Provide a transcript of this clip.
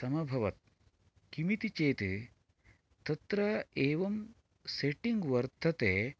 समभवत् किमिति चेत् तत्र एवं सेटिङ्ग् वर्तते